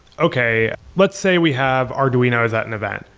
okay, let's say we have arduinos at an event.